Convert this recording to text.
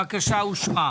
הצבעה הבקשה אושרה.